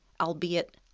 albeit